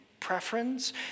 Preference